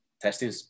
testing